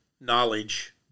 knowledge